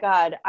God